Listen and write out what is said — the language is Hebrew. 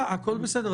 הכול בסדר.